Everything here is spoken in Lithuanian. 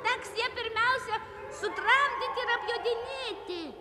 teks ją pirmiausia sutramdyti ir apjodinėti